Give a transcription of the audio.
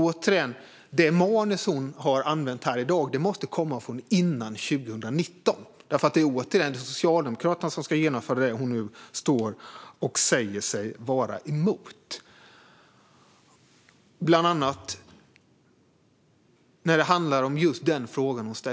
Men det manus hon använder här i dag måste som sagt vara skrivet före 2019.